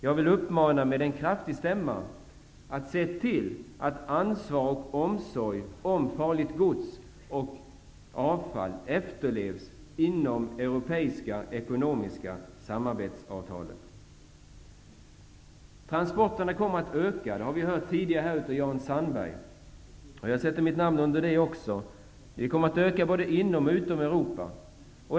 Jag vill med kraftig stämma uppmana: Se till att ansvar för och omsorg om farligt gods och avfall efterlevs inom Europeiska Transporterna kommer att öka -- det har vi tidigare hört av Jan Sandberg -- både inom och utom Europa.